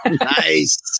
Nice